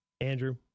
andrew